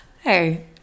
hey